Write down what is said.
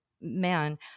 man